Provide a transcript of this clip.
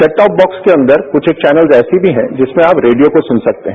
set top box के अंदर कुछ एक चौनल ऐसे भी हैं जिसमें आप रेडियो को सुन सकते हैं